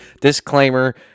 Disclaimer